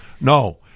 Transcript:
No